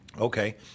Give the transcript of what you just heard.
okay